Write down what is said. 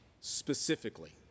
specifically